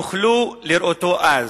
יוכל לראותו אז".